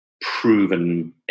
proven